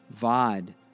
Vod